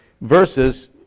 versus